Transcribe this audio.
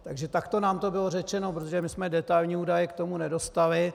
Takže takto nám to bylo řečeno, protože my jsme detailní údaje k tomu nedostali.